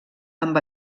amb